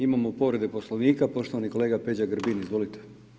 Imamo povrede Poslovnika, poštovani kolega Peđa Grbin, izvolite.